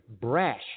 brash